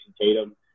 Tatum